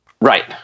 Right